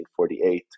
1948